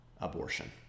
abortion